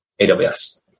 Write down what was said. AWS